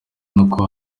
n’uko